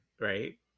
right